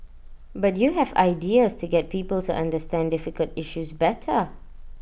but you have ideas to get people to understand difficult issues better